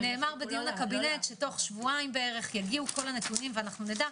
בדיון הקבינט נאמר שבתוך שבועיים בערך כל הנתונים יגיעו ואנחנו נדע.